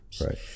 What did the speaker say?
Right